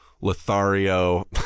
Lothario